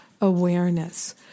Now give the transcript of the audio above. awareness